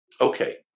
okay